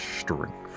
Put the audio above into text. strength